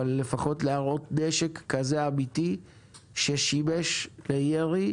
אבל לפחות להראות נשק כזה אמיתי ששימש לירי